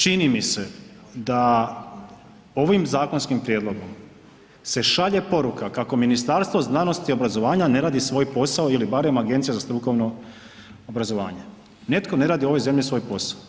Čini mi se da ovim zakonskim prijedlogom se šalje poruka kako Ministarstvo znanosti i obrazovanja ne radi svoj posao ili barem Agencija za strukovno obrazovanje, netko ne radi u ovoj zemlji svoj posao.